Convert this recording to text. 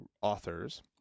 authors